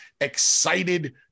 excited